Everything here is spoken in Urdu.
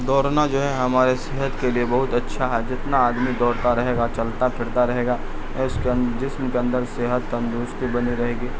دوڑنا جو ہے ہمارے صحت کے لیے بہت اچھا ہے جتنا آدمی دوڑتا رہے گا چلتا پھرتا رہے گا اس کے جسم کے اندر صحت تندرستی بنی رہے گی